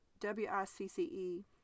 W-I-C-C-E